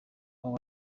abo